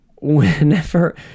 whenever